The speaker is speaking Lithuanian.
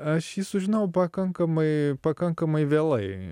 aš jį sužinojau pakankamai pakankamai vėlai